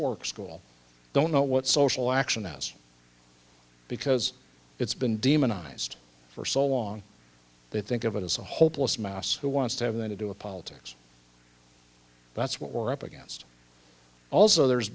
work school don't know what social action has because it's been demonized for so long they think of it as a hopeless mouse who wants to have then to do a politics that's what we're up against also there's